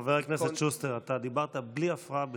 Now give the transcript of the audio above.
חבר הכנסת שוסטר, אתה דיברת בלי הפרעה בכלל.